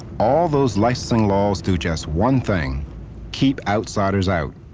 all those licensing laws do just one thing keep outsiders out.